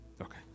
Okay